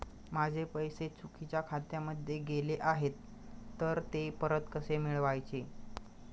माझे पैसे चुकीच्या खात्यामध्ये गेले आहेत तर ते परत कसे मिळवायचे?